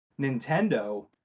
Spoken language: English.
Nintendo